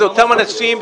זה אותם אנשים,